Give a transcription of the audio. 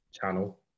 channel